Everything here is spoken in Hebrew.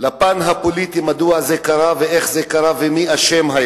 לפן הפוליטי מדוע זה קרה ואיך זה קרה ומי היה אשם.